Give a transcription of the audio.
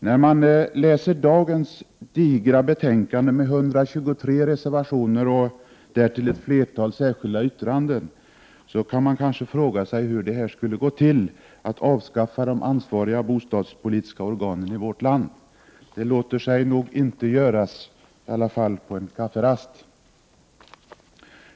När man läser dagens digra betänkande med 123 reservationer och därtill ett flertal särskilda yttranden, kan man kanske fråga sig hur det skulle gå till att avskaffa de ansvariga bostadspolitiska organen i vårt land. Det låter sig nog inte göra på en kafferast i alla fall.